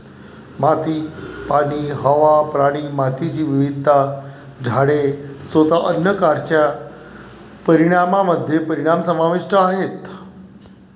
माती, पाणी, हवा, प्राणी, मातीची विविधता, झाडे, स्वतः अन्न कारच्या परिणामामध्ये परिणाम समाविष्ट आहेत